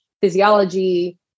physiology